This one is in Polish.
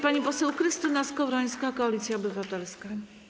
Pani poseł Krystyna Skowrońska, Koalicja Obywatelska.